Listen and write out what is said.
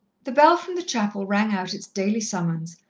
the bell from the chapel rang out its daily summons,